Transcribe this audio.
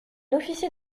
officier